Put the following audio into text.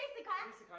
because